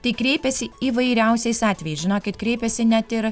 tai kreipiasi įvairiausiais atvejais žinokit kreipiasi net ir